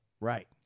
Right